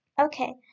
Okay